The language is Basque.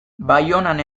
baionan